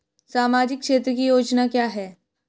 सामाजिक क्षेत्र की योजना क्या है?